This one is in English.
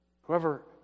Whoever